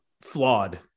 flawed